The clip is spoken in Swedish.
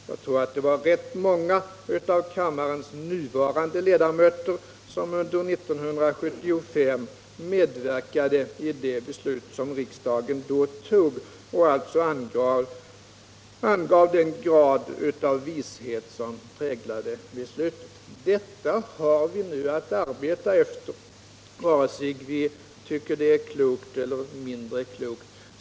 Jag tror att rätt många av kammarens nuvarande ledamöter 1975 medverkade i det beslut som riksdagen då tog och alltså angav den grad av vishet som präglade beslutet. Detta har vi nu att arbeta efter antingen vi tycker det är klokt eller mindre klokt.